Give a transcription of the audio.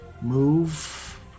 move